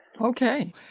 Okay